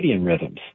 rhythms